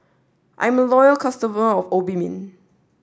I'm a loyal customer of Obimin